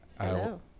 Hello